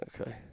Okay